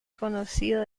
conocido